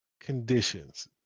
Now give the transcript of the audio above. conditions